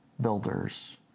builders